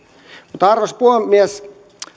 arvoisa puhemies